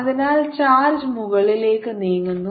അതിനാൽ ചാർജ് മുകളിലേക്ക് നീങ്ങുന്നു